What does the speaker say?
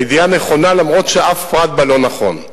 הידיעה נכונה אף-על-פי ששום פרט בה לא נכון.